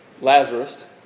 Lazarus